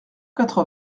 quatre